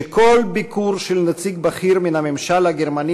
שכל ביקור של נציג בכיר מן הממשל הגרמני